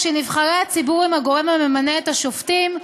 כשנבחרי הציבור הם הגורם הממנה את השופטים,